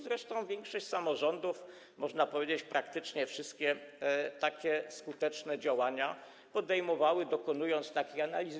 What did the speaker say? Zresztą większość samorządów, można powiedzieć, że praktycznie wszystkie, takie skuteczne działania podejmowała, dokonując takich analiz.